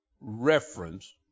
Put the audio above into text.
reference